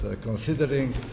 considering